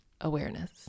awareness